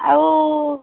ଆଉ